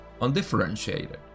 undifferentiated